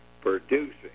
producing